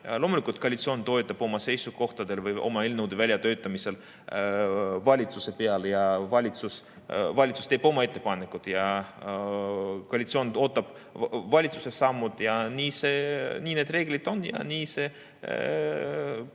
Loomulikult, koalitsioon toetub oma seisukohtade või oma eelnõude väljatöötamisel valitsusele. Valitsus teeb oma ettepanekud ja koalitsioon ootab valitsuse samme. Nii need reeglid on ja nii need